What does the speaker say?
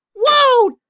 Whoa